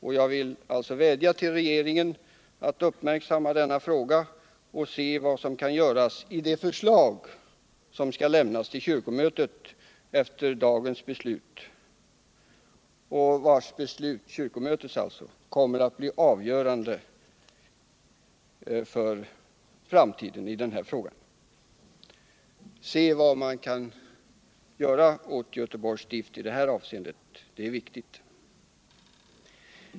och jag vill vädja till regeringen att uppmärksamma denna fråga och se vad som kan göras i det förslag som skall lämnas till kyrkomötet efter dagens beslut. Kyrkomötets beslut kommer sedan att bli avgörande för framtiden i denna fråga. Att se vad som kan göras i Göteborgs stift i detta avseende är av stort intresse.